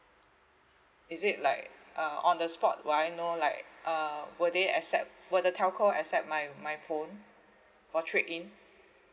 is it like uh on the spot would I know like uh will they accept will the telco accept my my phone for trade in